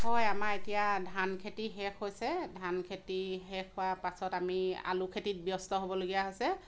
হয় আমাৰ এতিয়া ধান খেতি শেষ হৈছে ধান খেতি শেষ হোৱাৰ পাছত আমি আলু খেতিত ব্যস্ত হ'বলগীয়া হৈছে